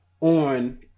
on